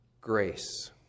grace